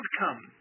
outcome